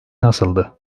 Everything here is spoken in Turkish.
nasıldı